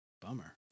bummer